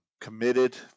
committed